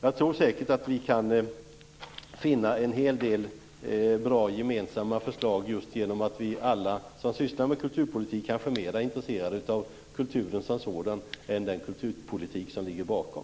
Jag tror säkert att vi kan finna en hel del bra gemensamma förslag just genom att alla vi som sysslar med kulturpolitik kanske är mer intresserade av kulturen som sådan än den kulturpolitik som ligger bakom.